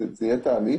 זה יהיה תהליך.